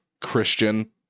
Christian